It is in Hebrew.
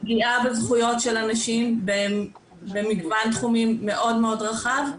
פגיעה בזכויות של אנשים במגוון תחומים מאוד מאוד רחב,